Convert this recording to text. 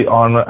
on